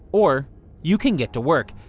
or you can get to work.